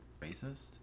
racist